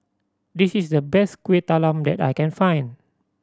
this is the best Kueh Talam that I can find